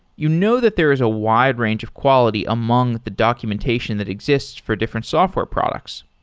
you know that there is a wide range of quality among the documentation that exists for different software products.